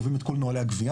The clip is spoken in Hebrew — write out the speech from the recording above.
קובעים את כל נוהלי הגביה,